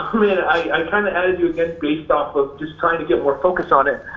um and i kind of added you again, based off of just trying to get more focus on it.